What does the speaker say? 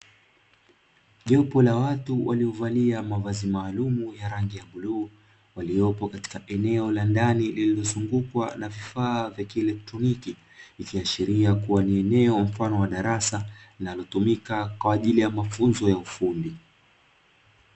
Jopo la watu waliovalia mavazi maalumu ya rangi ya bluu. Waliopi katika eneo la ndani lililozungukwa na vifaa vya kierektoniki. Ikiashiria kuwa ni eneo mfano wa darasa linalotumika kwa ajili ya mafunzo ya ufundi.